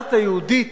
הדת היהודית